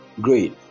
Great